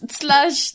slash